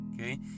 Okay